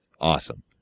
awesome